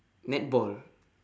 netball